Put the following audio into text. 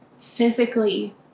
physically